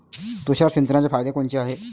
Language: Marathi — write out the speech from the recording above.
तुषार सिंचनाचे फायदे कोनचे हाये?